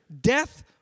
Death